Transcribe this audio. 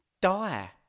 die